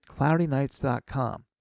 CloudyNights.com